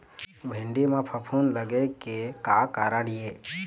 भिंडी म फफूंद लगे के का कारण ये?